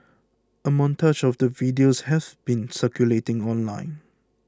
a montage of the videos have been circulating online